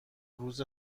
روز